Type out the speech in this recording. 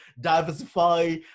diversify